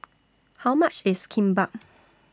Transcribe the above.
How much IS Kimbap